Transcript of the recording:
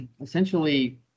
essentially